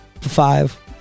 Five